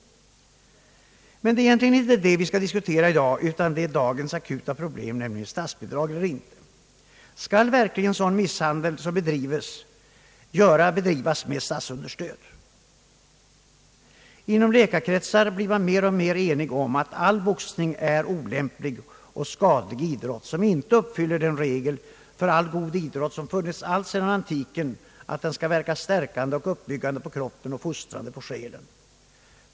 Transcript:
Det är emellertid egentligen inte den frågan, vi skall disktuera i dag utan dagens akuta problem, nämligen statsbidrag till boxningen eller inte. Skall verkligen sådan misshandel få bedrivas med statsunderstöd? Inom läkarkretsar blir man mer och mer enig om att all boxning är en olämplig och skadlig idrott, som inte uppfyller den regel för all god idrott, som har funnits alltsedan antiken, nämligen att den skall verka stärkande och uppbyggande på kroppen och fostrande på själen.